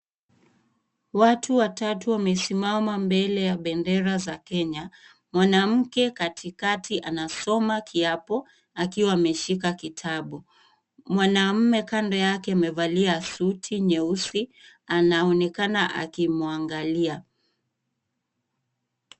Watu watatu wamesimama mbele ya bendera za Kenya. Mwanamke katikati anasoma kiapo akiwa ameshika kitabu. Mwanamume kando yake amevalia sutu nyeusi anaonekana akimwangalia.